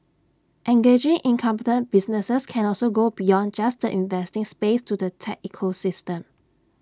engaging incumbent businesses can also go beyond just the investing space to the tech ecosystem